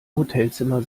hotelzimmer